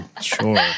sure